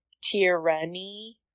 Tyranny